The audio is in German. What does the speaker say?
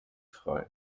frei